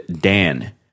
Dan